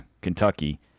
Kentucky